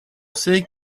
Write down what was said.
sait